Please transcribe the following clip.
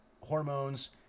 hormones